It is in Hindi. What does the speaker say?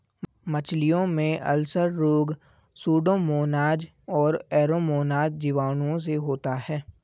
मछलियों में अल्सर रोग सुडोमोनाज और एरोमोनाज जीवाणुओं से होता है